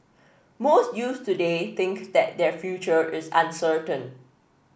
most youths today think that their future is uncertain